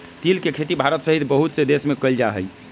तिल के खेती भारत सहित बहुत से देश में कइल जाहई